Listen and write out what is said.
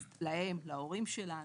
להורים שלנו,